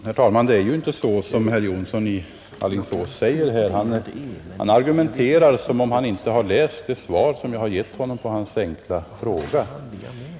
Herr talman! Det är ju inte så som herr Jonsson i Alingsås säger här. Han argumenterar som om han inte har hört det svar jag givit honom på hans enkla fråga.